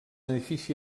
edifici